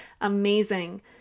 amazing